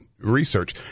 research